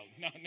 No